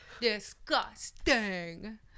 Disgusting